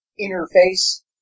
interface